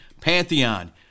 pantheon